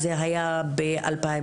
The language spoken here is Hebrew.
זה היה ב-2019.